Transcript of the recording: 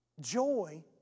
joy